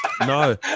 No